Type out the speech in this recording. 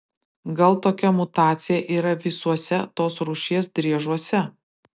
gal tokia mutacija yra visuose tos rūšies driežuose